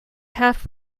half